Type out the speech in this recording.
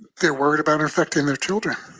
they're worried about infecting their children.